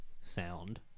sound